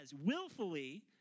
willfully